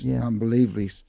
unbelievably